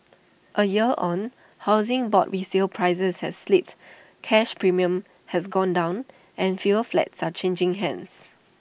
A year on Housing Board resale prices have slipped cash premiums have gone down and fewer flats are changing hands